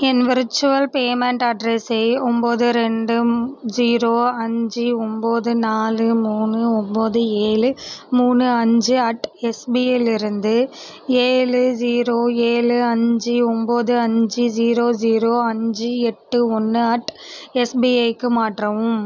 என் virtual payment அட்ரஸை ஒம்பது ரெண்டு ஜீரோ அஞ்சு ஒம்பது நாலு மூணு ஒம்பது ஏழு மூணு அஞ்சு அட் எஸ்பிஐலிருந்து ஏழு ஜீரோ ஏழு அஞ்சு ஒம்பது அஞ்சு ஜீரோ ஜீரோ அஞ்சு எட்டு ஒன்று அட் எஸ்பிஐக்கு மாற்றவும்